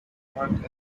worked